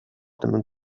dem